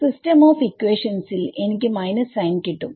system of equation സിൽ എനിക്ക് minus sign കിട്ടും